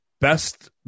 best